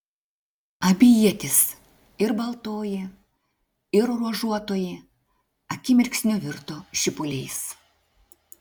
abi ietys ir baltoji ir ruožuotoji akimirksniu virto šipuliais